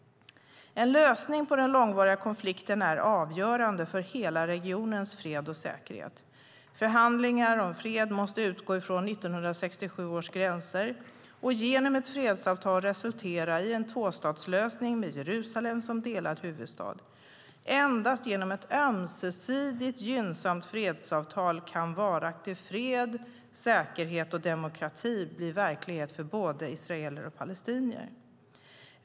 En lösning på den långvariga konflikten är avgörande för hela regionens fred och säkerhet. Förhandlingar om fred måste utgå från 1967 års gränser och genom ett fredsavtal resultera i en tvåstatslösning med Jerusalem som delad huvudstad. Endast genom ett ömsesidigt gynnsamt fredsavtal kan varaktig fred, säkerhet och demokrati bli verklighet för både israeler och palestinier.